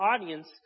audience